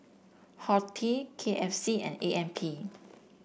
horti K F C and A M P